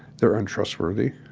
they're untrustworthy.